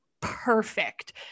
perfect